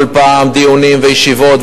כל פעם דיונים וישיבות,